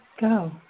go